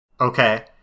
Okay